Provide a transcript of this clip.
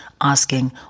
asking